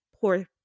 poor